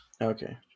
Okay